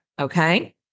okay